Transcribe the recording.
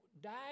died